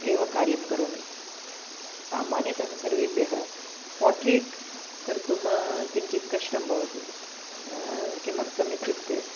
एव कार्यं करोमि सामान्यतः सर्वेभ्यः पाट्रेट् कर्तुं किञ्चित् कष्टं भवति किमर्तमित्युक्ते